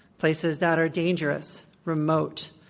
places that are dangerous, remote.